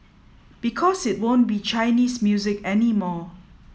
because it won't be Chinese music anymore